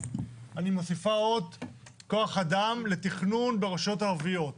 אני מוסיפה עוד כוח אדם לתכנון ברשויות הערביות.